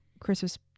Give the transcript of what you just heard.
christmas